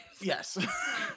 Yes